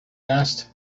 asked